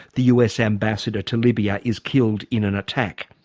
the us ambassador to libya is killed in an attack.